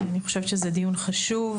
אני חושבת שזה דיון חשוב.